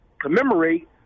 commemorate